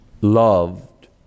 loved